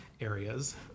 areas